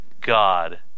God